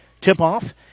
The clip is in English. tip-off